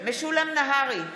משולם נהרי,